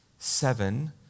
seven